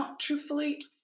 truthfully